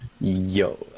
Yo